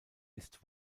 ist